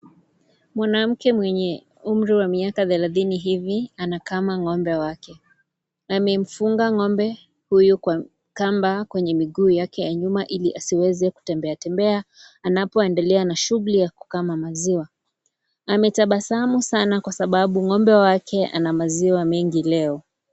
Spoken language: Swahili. Mwanamke mwenye miaka ya thelathini hivi anakama ngombe wake. Amechunga ngombe wake na kamba kwa miguu yake ya nyuma ili asiweze kutembea anapoendelea na shughuli ya kukama maziwa. Ametabasamu sana kwa sababu ngombe wake ana maziwa mengi leo.